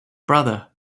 brother